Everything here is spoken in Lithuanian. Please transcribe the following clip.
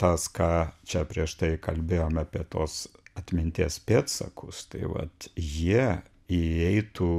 tas ką čia prieš tai kalbėjom apie tuos atminties pėdsakus tai vat jie įeitų